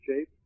shape